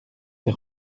des